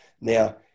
Now